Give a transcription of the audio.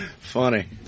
Funny